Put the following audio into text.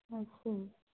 ਅੱਛਾ ਜੀ